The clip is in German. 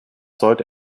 sollte